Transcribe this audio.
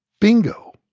bingo